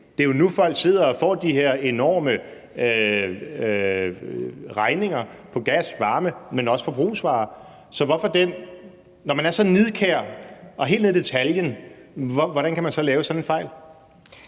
det er jo nu, folk sidder og får de her enorme regninger på gas, varme, men også forbrugsvarer. Så når man er så nidkær og helt ned i detaljen, hvordan kan man lave sådan en fejl?